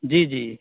جی جی